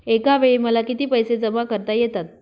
एकावेळी मला किती पैसे जमा करता येतात?